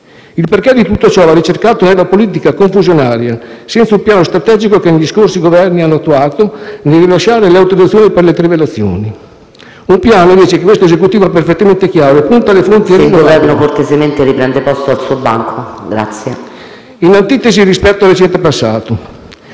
Il perché di tutto ciò va ricercato nella politica confusionaria, senza un piano strategico, che gli scorsi Governi hanno attuato nel rilasciare le autorizzazioni per le trivellazioni; un piano, invece, che questo Esecutivo ha perfettamente chiaro e punta alle fonti rinnovabili, in antitesi rispetto al recente passato.